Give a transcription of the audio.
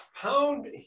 pound